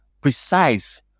precise